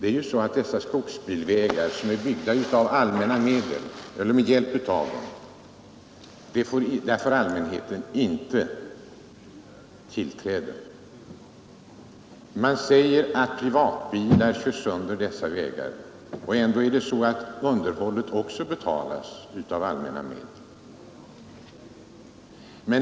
Trots att dessa skogsbilvägar är byggda med hjälp av allmänna medel, får allmänheten inte tillträde. Man säger att privatbilar kör sönder dessa vägar. Men också underhållet betalas ju av allmänna medel.